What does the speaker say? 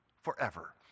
forever